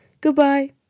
goodbye